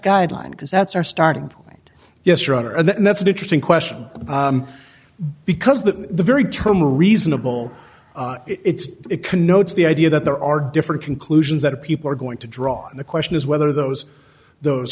guideline because that's our starting point yes rather and that's an interesting question because the very term reasonable it's it connotes the idea that there are different conclusions that people are going to draw the question is whether those those